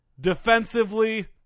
defensively